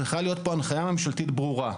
צריכה להיות פה הנחיה ממשלתית ברורה.